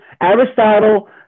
Aristotle